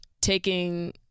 taking